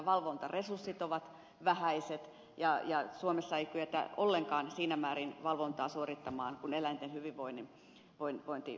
valvontaresurssit ovat vähäiset ja suomessa ei kyetä ollenkaan siinä määrin valvontaa suorittamaan kuin eläinten hyvinvointi edellyttäisi